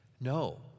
No